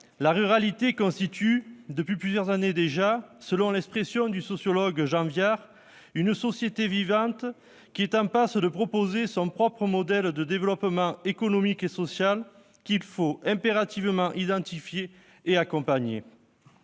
la ruralité constitue, selon l'expression du sociologue Jean Viard, une société vivante en passe de proposer son propre modèle de développement économique et social, qu'il faut impérativement identifier et accompagner.